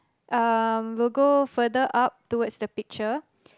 um we'll go further up towards the picture